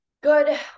Good